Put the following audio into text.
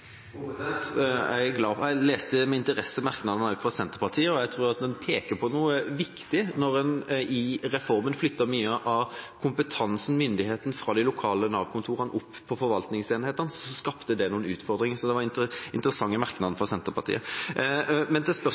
Jeg leste med interesse merknadene også fra Senterpartiet, og jeg tror at man peker på noe viktig. Når man i reformen flyttet mye av kompetansen og myndigheten fra de lokale Nav-kontorene opp til forvaltningsenhetene, skapte det noen utfordringer. Så det var interessante merknader fra Senterpartiet. Til